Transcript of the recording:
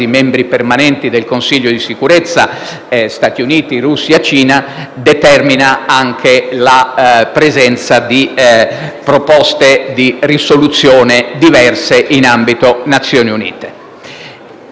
membri permanenti del Consiglio di sicurezza (Stati Uniti, Russia e Cina) determinano anche la presenza di proposte di risoluzione diverse in ambito ONU.